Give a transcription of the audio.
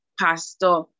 pastor